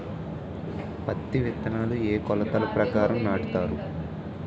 పత్తి విత్తనాలు ఏ ఏ కొలతల ప్రకారం నాటుతారు?